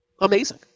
Amazing